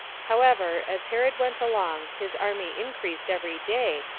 however, as herod went along his army increased every day,